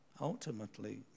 ultimately